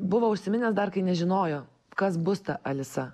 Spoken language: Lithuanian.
buvo užsiminęs dar kai nežinojo kas bus ta alisa